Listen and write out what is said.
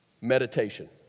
Meditation